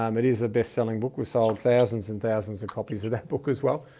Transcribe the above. um it is a bestselling book. we sold thousands and thousands of copies of that book as well.